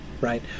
Right